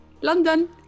London